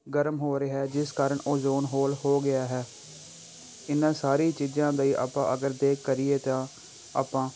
ਗਰਮ ਹੋ ਰਿਹਾ ਜਿਸ ਕਾਰਨ ਓਜੋਨ ਹੋਲ ਹੋ ਗਿਆ ਹੈ ਇਹਨਾਂ ਸਾਰੀ ਚੀਜ਼ਾਂ ਲਈ ਆਪਾਂ ਅਗਰ ਦੇਖ ਕਰੀਏ ਤਾਂ ਆਪਾਂ